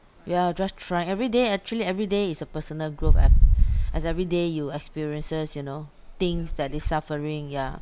ya just try every day actually every day is a personal growth I've as every day you experiences you know things that is suffering yeah